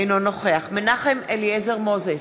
אינו נוכח מנחם אליעזר מוזס,